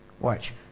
Watch